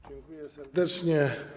Dziękuję serdecznie.